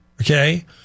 Okay